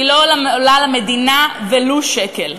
היא לא עולה למדינה ולו שקל.